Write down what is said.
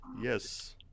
Yes